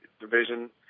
division